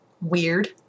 weird